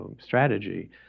strategy